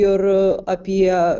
ir apie